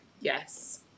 Yes